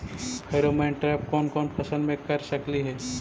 Pheromone trap कोन कोन फसल मे कर सकली हे?